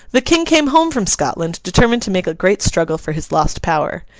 the king came home from scotland, determined to make a great struggle for his lost power.